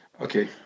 Okay